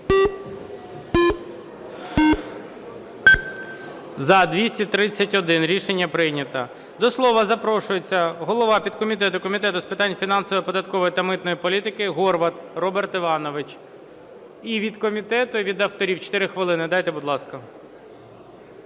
За-231 Рішення прийнято. До слова запрошується голова підкомітету Комітету з питань фінансової, податкової та митної політики Горват Роберт Іванович. І від комітету і від авторів 4 хвилини дайте, будь ласка.